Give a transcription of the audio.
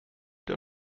der